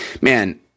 man